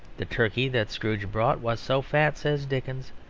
the turkey that scrooge bought was so fat, says dickens,